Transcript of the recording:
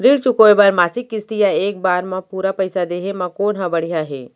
ऋण चुकोय बर मासिक किस्ती या एक बार म पूरा पइसा देहे म कोन ह बढ़िया हे?